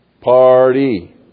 Party